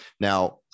Now